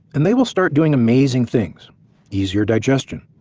and they will start doing amazing things easier digestion,